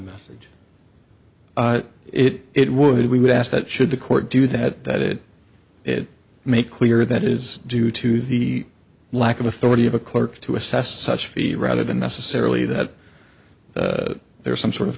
message it would we would ask that should the court do that it make clear that is due to the lack of authority of a clerk to assess such fee rather than necessarily that there is some sort of